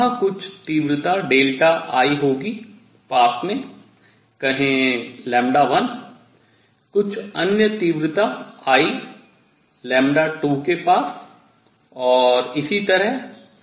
वहाँ कुछ तीव्रता डेल्टा I होगी पास में कहें 1 कुछ अन्य तीव्रता I 2 के पास और इसी तरह